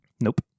Nope